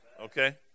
Okay